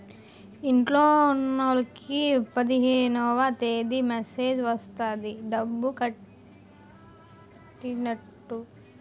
ఇంటిలోన్లకు పదిహేనవ తేదీ మెసేజ్ వచ్చేస్తది డబ్బు కట్టైనట్టు